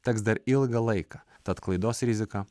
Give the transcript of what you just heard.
teks dar ilgą laiką tad klaidos rizika